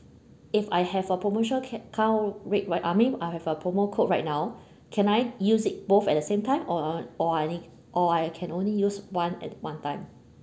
if I have a promotion ca~ ~count rate right I mean I have a promo code right now can I use it both at the same time or or I need or I can only use one at one time